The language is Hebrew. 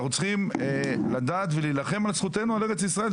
אנחנו צריכים לדעת ולהילחם על זכותנו על ארץ ישראל.